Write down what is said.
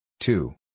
Two